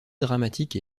dramatique